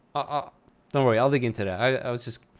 ah don't worry. i'll look into that. i was just